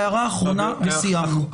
הערה אחרונה, וסיימנו.